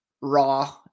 raw